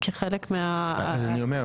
אז אני אומר,